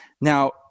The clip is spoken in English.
Now